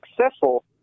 successful